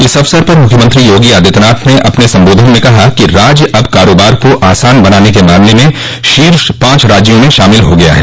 इस अवसर पर मुख्यमंत्री योगी आदित्यनाथ ने अपने संबोधन में कहा कि राज्य अब कारोबार को आसान बनाने के मामले में शीर्ष पांच राज्यों में शामिल हो गया है